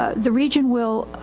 ah the region will, ah,